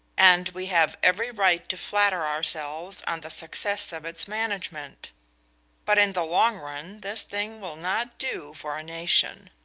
and we have every right to flatter ourselves on the success of its management but in the long run this thing will not do for a nation.